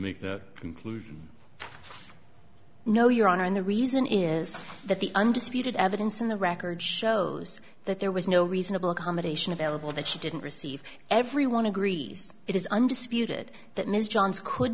make that conclusion no your honor and the reason is that the undisputed evidence in the record shows that there was no reasonable accommodation available that she didn't receive everyone agrees it is undisputed that ms johns could